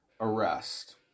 arrest